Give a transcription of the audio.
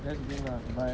that's the thing lah but